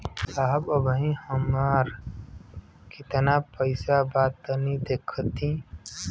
साहब अबहीं हमार कितना पइसा बा तनि देखति?